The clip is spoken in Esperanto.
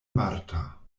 marta